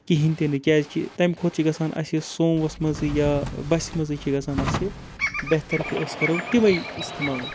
کِہیٖنۍ تہِ نہٕ کیٛازِکہِ تمہِ کھۄتہٕ چھِ گژھان اَسہِ سوموٗوَس منٛزٕے یا بَسہِ منٛزٕے چھِ گژھان اَسہِ بہتر کہِ أسۍ کَرو تِمَے استعمال